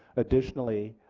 additionally,